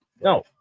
No